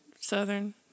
southern